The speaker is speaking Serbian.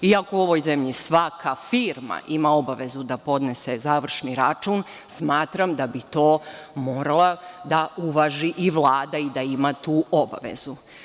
Ako u ovoj zemlji svaka firma ima obavezu da podnese završni račun, smatram da bi to morala da uvaži i Vlada i da ima tu obavezu.